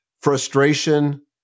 frustration